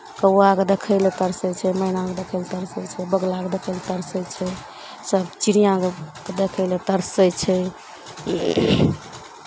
कौआकेँ देखय लए तरसै छै मैनाकेँ देखय लए तरसै छै बगुलाकेँ देखय लए तरसै छै सभ चिड़ियाँकेँ देखय लए तरसै छै